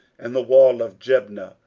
and the wall of jabneh,